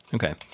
Okay